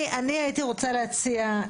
אני הייתי רוצה להציע,